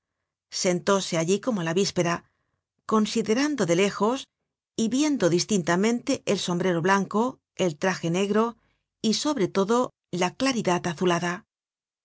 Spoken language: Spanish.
paseo sentóse allí como la víspera considerando de lejos y viendo distintamente el sombrero blanco el traje negro y sobre todo la claridad azulada